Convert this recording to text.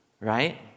right